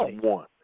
one